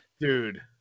Dude